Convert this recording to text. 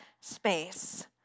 space